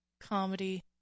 comedy